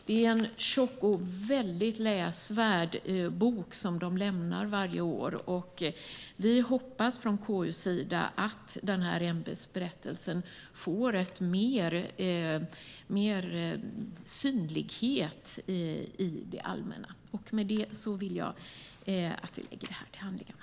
Det är en tjock och läsvärd bok som man lämnar varje år. KU hoppas att JO:s ämbetsberättelse synliggörs mer i det allmänna. Med detta vill jag att vi lägger redogörelsen till handlingarna.